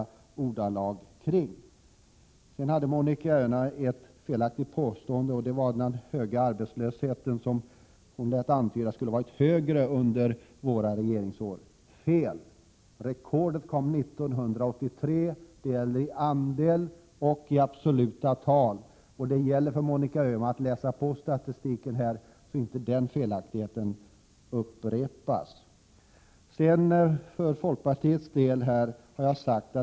Monica Öhman gjorde ett felaktigt påstående om den höga arbetslösheten, som hon antydde skulle ha varit högre under våra regeringsår. Det är fel! Rekordet var 1983, både i fråga om andel och i absoluta tal. Det gäller för Monica Öhman att läsa statistiken korrekt, så att felaktigheten inte upprepas.